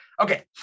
Okay